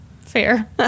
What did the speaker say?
fair